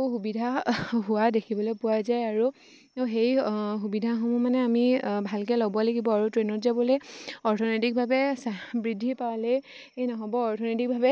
ও সুবিধা হোৱা দেখিবলৈ পোৱা যায় আৰু সেই সুবিধাসমূহ মানে আমি ভালকৈ ল'ব লাগিব আৰু ট্ৰেইনত যাবলৈ অৰ্থনৈতিকভাৱে বৃদ্ধি পালে এই নহ'ব অৰ্থনৈতিকভাৱে